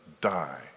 die